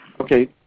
Okay